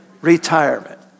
Retirement